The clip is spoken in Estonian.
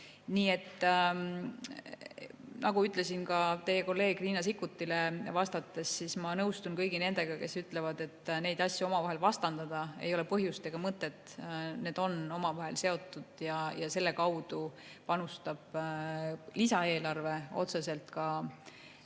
Nagu ütlesin ka teie kolleeg Riina Sikkutile vastates, ma nõustun kõigi nendega, kes ütlevad, et neid asju omavahel vastandada ei ole põhjust ega mõtet. Need on omavahel seotud ja selle kaudu panustab lisaeelarve otseselt ka teie